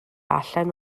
allan